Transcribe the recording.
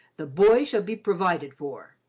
the boy shall be provided for.